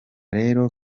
rero